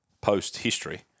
post-history